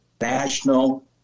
national